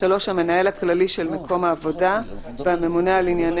המנהל הכללי של מקום העבודה והממונה על ענייני